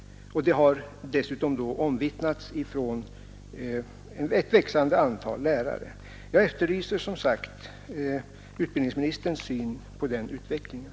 Detta har dessutom omvittnats från ett växande antal lärare. Jag efterlyser, som sagt, utbildningsministerns syn på den frågan.